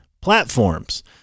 platforms